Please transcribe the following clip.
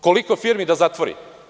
Koliko firmi da zatvori?